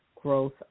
growth